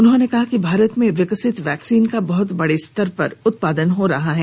उन्होंने कहा कि भारत में विकसित वैक्सीन का बहत बड़े स्तर पर उत्पादन हो रहा है